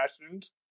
passions